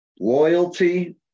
loyalty